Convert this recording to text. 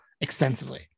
extensively